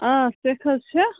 آ سٮ۪کھ حظ چھےٚ